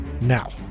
Now